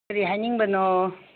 ꯀꯔꯤ ꯍꯥꯏꯅꯤꯡꯕꯅꯣ